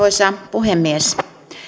puhemies täällä on